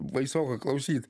baisoka klausyt